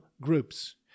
groups